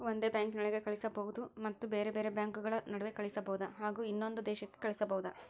ಒಂದೇ ಬ್ಯಾಂಕಿನೊಳಗೆ ಕಳಿಸಬಹುದಾ ಮತ್ತು ಬೇರೆ ಬೇರೆ ಬ್ಯಾಂಕುಗಳ ನಡುವೆ ಕಳಿಸಬಹುದಾ ಹಾಗೂ ಇನ್ನೊಂದು ದೇಶಕ್ಕೆ ಕಳಿಸಬಹುದಾ?